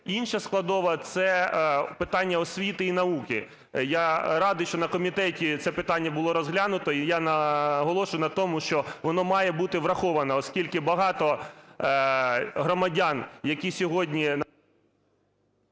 Інша складова – це питання освіти і науки. Я радий, що на комітеті це питання було розглянуто. І я наголошую на тому, що воно має бути враховано, оскільки багато громадян, які сьогодні…